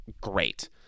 great